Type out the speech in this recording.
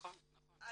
אז